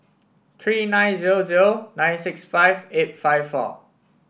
three nine zero zero nine six five eight five four